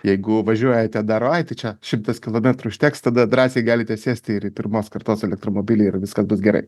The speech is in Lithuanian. jeigu važiuojate dar oi tai čia šimtas kilometrų užteks tada drąsiai galite sėsti ir į pirmos kartos elektromobilį ir viskas bus gerai